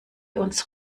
uns